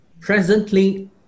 presently